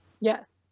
Yes